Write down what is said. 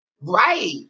right